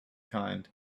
kind